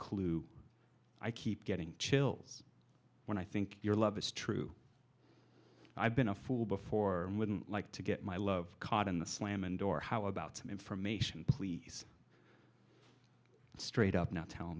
clue i keep getting chills when i think your love is true i've been a fool before wouldn't like to get my love caught in the slam and door how about some information please straight up now tell